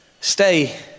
stay